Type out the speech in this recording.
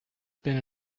been